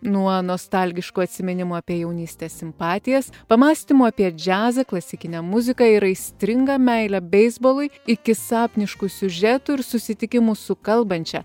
nuo nostalgiškų atsiminimų apie jaunystės simpatijas pamąstymų apie džiazą klasikinę muziką ir aistringą meilę beisbolui iki sapniškų siužetų ir susitikimų su kalbančia